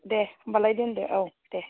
दे होमब्लालाय दोनदो औ दे